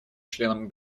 членам